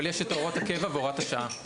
אבל יש את הוראת הקבע והוראת השעה.